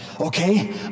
okay